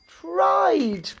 tried